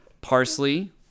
Parsley